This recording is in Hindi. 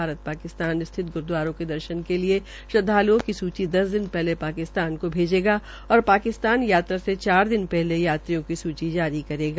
भारत पाकिस्तान स्थित ग्रूदवारों के दर्शन के लिय श्रदवाल्ओं की सूची दस दिन पहले पाकिस्तान को भैजेगा और पाकिसतान यात्रा से चार दिन पलहे यात्रियों को सूचि जारी करेगा